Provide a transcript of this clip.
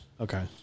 Okay